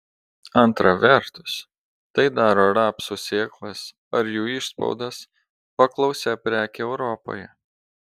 antra vertus tai daro rapsų sėklas ar jų išspaudas paklausia preke europoje